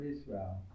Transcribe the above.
Israel